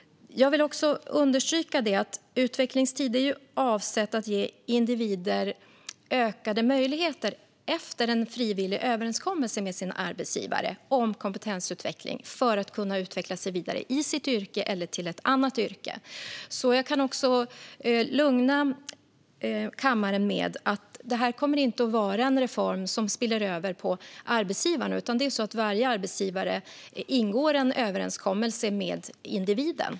Jag vill också understryka att utvecklingstid är avsett att ge individer ökade möjligheter efter en frivillig överenskommelse med sin arbetsgivare om kompetensutveckling, för att kunna utveckla sig vidare i sitt yrke eller till ett annat yrke. Jag kan lugna kammaren med att det inte kommer att vara en reform som spiller över på arbetsgivaren, utan varje arbetsgivare ingår en överenskommelse med individen.